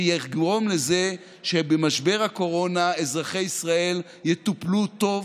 שיגרום לזה שבמשבר הקורונה אזרחי ישראל יטופלו טוב